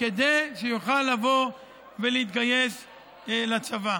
כדי שיוכל לבוא ולהתגייס לצבא.